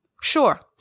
Sure